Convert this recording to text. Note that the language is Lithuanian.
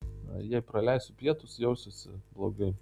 jei praleisiu pietus jausiuosi blogai